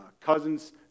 cousin's